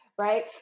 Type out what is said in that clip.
Right